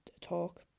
talk